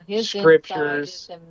scriptures